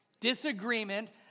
disagreement